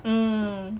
hmm